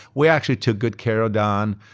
we actually took good care of don.